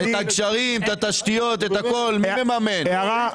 מי מממן את הגשרים, את התשתיות את הכול?